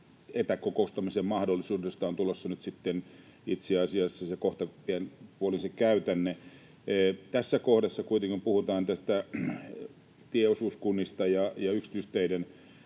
etäkokoustamisen mahdollisuudesta on tulossa nyt sitten itse asiassa kohtapuoliin käytänne. Tässä kohdassa kuitenkin, kun puhutaan tieosuuskunnista ja yksityisteiden